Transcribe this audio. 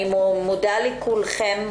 אני מודה לכולכם.